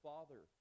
Father